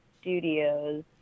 studios